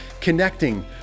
connecting